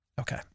Okay